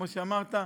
כמו שאמרת: